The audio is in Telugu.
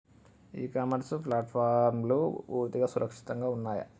ఇ కామర్స్ ప్లాట్ఫారమ్లు పూర్తిగా సురక్షితంగా ఉన్నయా?